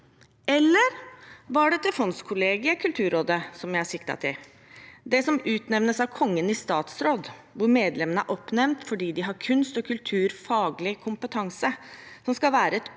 eller var det fondskollegiet Kulturrådet jeg siktet til – det som utnevnes av Kongen i statsråd, hvor medlemmene er oppnevnt fordi de har kunst- og kulturfaglig kompetanse, og som skal være et